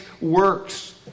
works